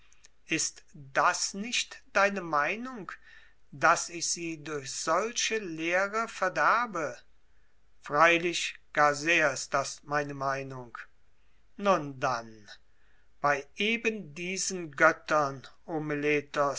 ist das nicht deine meinung daß ich sie durch solche lehre verderbe freilich gar sehr ist das meine meinung nun dann bei eben diesen göttern